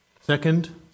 Second